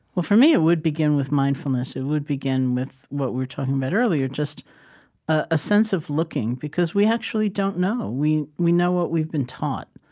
well, for me, it would begin with mindfulness. it would begin with what we were talking about earlier, just a sense of looking because we actually don't know. we we know what we've been taught,